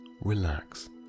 relax